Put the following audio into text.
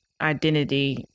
identity